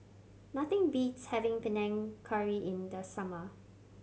nothing beats having Panang Curry in the summer